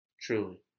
Truly